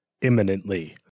imminently